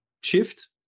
shift